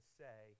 say